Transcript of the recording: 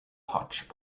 hotch